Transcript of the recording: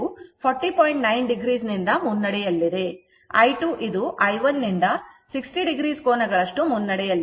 i2 ಇದು i1 ನಿಂದ 60 o ಕೋನಗಳಷ್ಟು ಮುನ್ನಡೆಯಲ್ಲಿದೆ